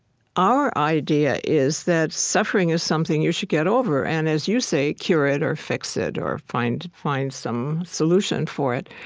our idea is that suffering is something you should get over and, as you say, cure it or fix it or find find some solution for it.